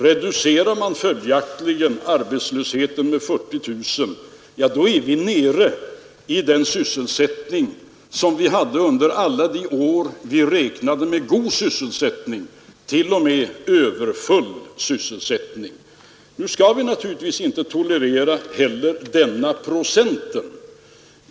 Reducerar man följaktligen arbetslösheten med 40 000 — ja, då är vi nere i den sysselsättning som vi hade under alla de år vi räknade med god sysselsättning och t.o.m. överfull sysselsättning. Nu skall vi naturligtvis inte tolerera heller denna procent.